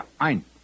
ein